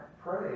pray